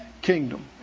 kingdom